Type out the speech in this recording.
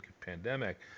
pandemic